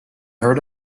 herd